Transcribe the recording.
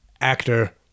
actor